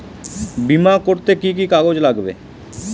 বিমা করতে কি কি কাগজ লাগবে?